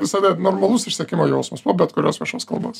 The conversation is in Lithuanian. visada normalus išsekimo jausmas po bet kurios viešos kalbos